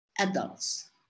adults